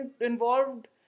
involved